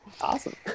Awesome